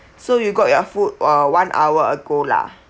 so you got your food uh one hour ago lah